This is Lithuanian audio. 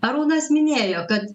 arūnas minėjo kad